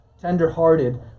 tender-hearted